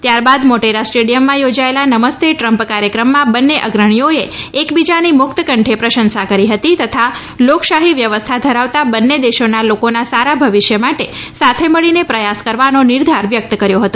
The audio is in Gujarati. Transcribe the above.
ત્યારબાદ મોટેરા સ્ટેડિયમમાં થોજાયેલા નમસ્તે ટ્રમ્પ કાર્યક્રમમાં બંને અગ્રણીઓએ એકબીજાની મુક્તકંઠે પ્રશંસા કરી હતી તથા લોકશાહી વ્યવસ્થા ધરાવતા બન્ને દેશોના લોકોના સારા ભવિષ્ય માટે સાથે મળીને પ્રયાસ કરવાનો નિર્ધાર વ્યક્ત કર્યો હતો